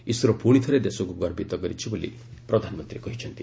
ISRO ପୁଣିଥରେ ଦେଶକୁ ଗର୍ବିତ କରିଛି ବୋଲି ପ୍ରଧାନମନ୍ତ୍ରୀ କହିଛନ୍ତି